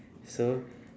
so